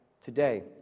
today